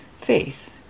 faith